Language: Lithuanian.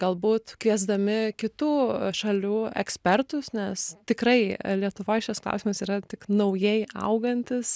galbūt kviesdami kitų šalių ekspertus nes tikrai lietuvoj šis klausimas yra tik naujai augantis